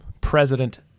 President